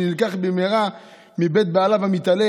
שנלקח במהרה מבית בעליו המתעלל,